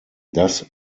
das